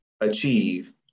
achieve